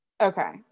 okay